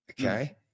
okay